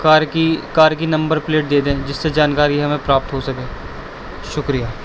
کار کی کار کی number plate دے دیں جس سے جانکاری ہمیں پراپت ہو سکے شکریہ